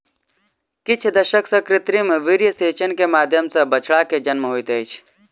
किछ दशक सॅ कृत्रिम वीर्यसेचन के माध्यम सॅ बछड़ा के जन्म होइत अछि